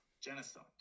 Genocide